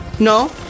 No